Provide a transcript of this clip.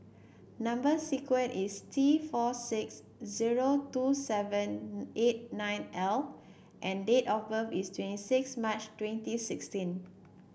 number sequence is T four six zero two seven eight nine L and date of birth is twenty six March twenty sixteen